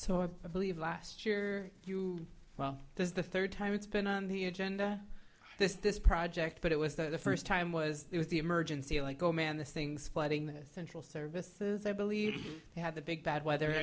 so i believe last year you well this is the third time it's been on the agenda this this project but it was the first time was it was the emergency like oh man this thing's flooding the central services i believe had the big bad weather